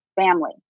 family